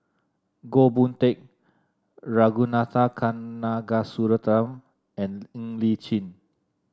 Goh Boon Teck Ragunathar Kanagasuntheram and Ng Li Chin